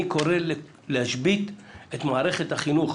אני קורא להשבית את מערכת החינוך.